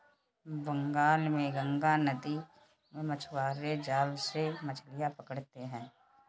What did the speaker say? बंगाल में गंगा नदी में मछुआरे जाल से मछलियां पकड़ते हैं